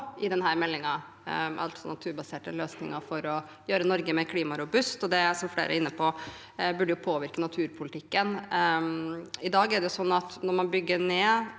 i denne meldingen, altså naturbaserte løsninger for å gjøre Norge mer klimarobust, og det burde jo, som flere er inne på, påvirke naturpolitikken. I dag er det sånn at når man bygger ned